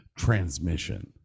Transmission